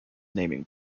naming